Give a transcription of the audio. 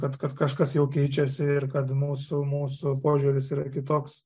kad kažkas jau keičiasi ir kad mūsų mūsų požiūris yra kitoks